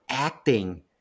Acting